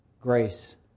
grace